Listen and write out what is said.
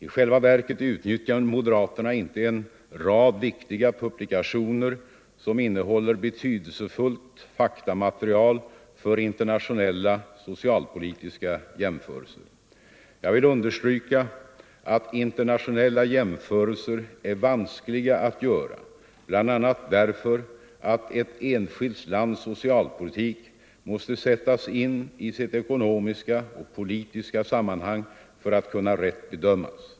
I själva verket utnyttjar moderaterna inte en rad viktiga publikationer som innehåller betydelsefullt faktamaterial för internationella socialpolitiska jämförelser. Jag vill understryka att internationella jämförelser är vanskliga att göra bl.a. därför att ett enskilt lands socialpolitik måste sättas in i sitt ekonomiska och politiska sammanhang för att kunna rätt bedömas.